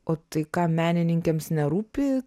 o tai ką menininkėms nerūpi